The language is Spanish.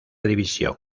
división